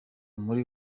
muri